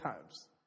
times